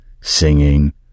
singing